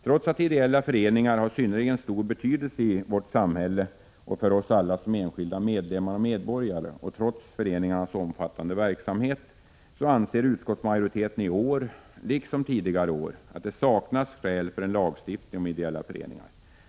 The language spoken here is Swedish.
Trots att ideella föreningar har synnerligen stor betydelse i vårt samhälle och för oss alla som enskilda medlemmar och medborgare och trots föreningarnas omfattande verksamhet, anser utskottsmajoriteten i år, liksom tidigare år, att det saknas skäl för en lagstiftning om ideella föreningar.